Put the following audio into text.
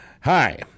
Hi